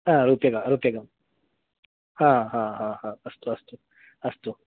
हा रुतेव रुतेव हा हा हा अस्तु अस्तु अस्तु